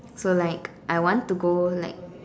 so like I want to go like